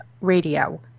radio